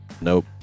Nope